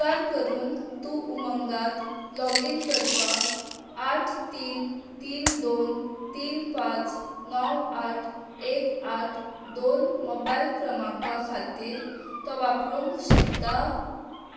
उपकार करून तूं उमंगात लॉगीन करपाक आठ तीन तीन दोन तीन पांच णव आठ एक आठ दोन मोबायल क्रमांका खातीर तो वापरूंक शकता